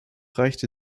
reichte